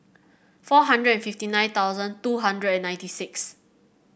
four hundred and fifty nine thousand two hundred and ninety six